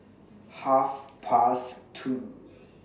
Half Past two